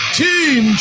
team